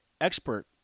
expert